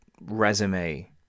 resume